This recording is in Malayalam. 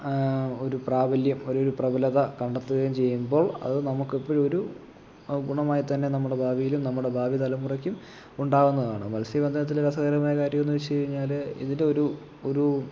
ഒരു പ്രാബല്ല്യം ഒരു പ്രബലത കണ്ടെത്തുകയും ചെയ്യുമ്പോൾ അത് നമുക്ക് എപ്പോഴും ഒരു ഗുണമായിത്തന്നെ നമ്മുടെ ഭാവിയിലും നമ്മുടെ ഭാവി തലമുറക്കും ഉണ്ടാകുന്നതാണ് മത്സ്യബന്ധനത്തിലെ രസകരമായ കാര്യമെന്ന് വെച്ചുകഴിഞ്ഞാല് ഇതിൻ്റെ ഒരു ഒരു